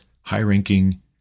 high-ranking